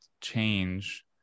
change